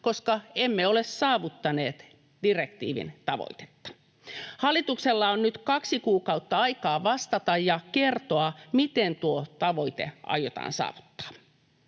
koska emme ole saavuttaneet direktiivin tavoitetta. Hallituksella on nyt kaksi kuukautta aikaa vastata ja kertoa, miten tuo tavoite aiotaan saavuttaa.